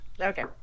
Okay